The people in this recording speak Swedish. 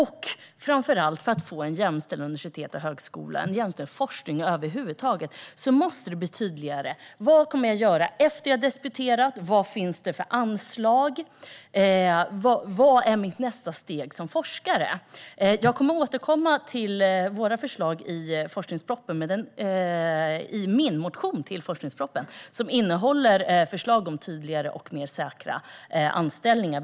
För att få ett jämställt universitet och en jämställd högskola, över huvud taget jämställd forskning, måste det bli tydligare vad man ska göra efter att man har disputerat, vilka anslag som finns och vad nästa steg som forskare ska bli. Jag kommer att återkomma till Vänsterpartiets förslag som framgår av min motion till forskningspropositionen och som gäller tydligare och mer säkra anställningar.